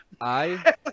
I-